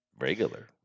Regular